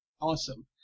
Awesome